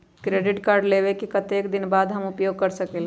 Credit card लेबे के कतेक दिन बाद हम उपयोग कर सकेला?